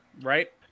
right